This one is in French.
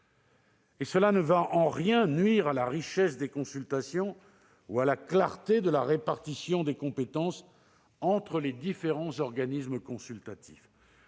Et cela ne va en rien nuire à la richesse des consultations ou à la clarté de la répartition des compétences entre les différents organismes consultatifs.